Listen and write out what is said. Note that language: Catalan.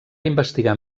investigar